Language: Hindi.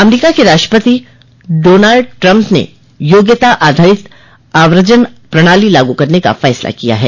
अमरीका के राष्ट्रपति डॉनल्ड ट्रम्प ने योग्यता आधारित आव्रजन प्रणाली लागू करने का फैसला किया है